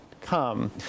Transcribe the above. come